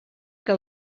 que